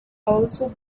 also